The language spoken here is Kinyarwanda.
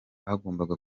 bagombaga